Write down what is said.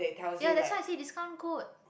ya that's why i say discount code